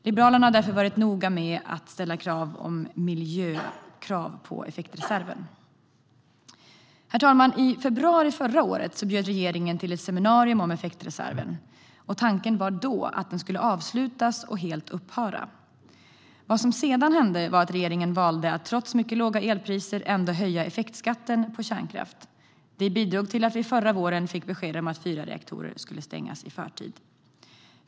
Liberalerna har därför varit noga med att ställa miljökrav på effektreserven. Herr talman! I februari förra året bjöd regeringen in till ett seminarium om effektreserven. Tanken var då att den skulle avslutas och upphöra helt. Vad som sedan hände var att regeringen trots mycket låga elpriser valde att höja effektskatten på kärnkraft. Det bidrog till att vi förra våren fick beskedet att fyra reaktorer ska stängas i förtid.